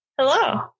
Hello